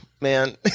man